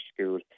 school